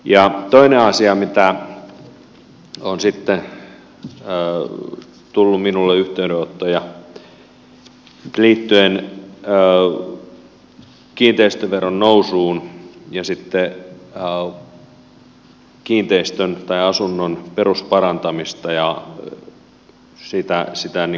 ja toinen asia mistä on sitten tullut minulle yhteydenottoja liittyen kiinteistöveron nousuun ja sitten kiinteistön tai asunnon perusparantamiseen ja korjaamiseen